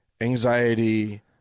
anxiety